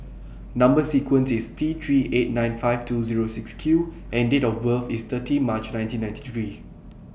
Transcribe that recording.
Number sequence IS T three eight nine five two Zero six Q and Date of birth IS thirty March nineteen ninety three